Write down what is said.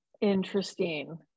interesting